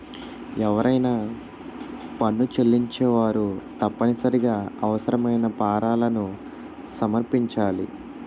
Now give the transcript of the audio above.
ఎవరైనా పన్ను చెల్లించేవారు తప్పనిసరిగా అవసరమైన ఫారాలను సమర్పించాలి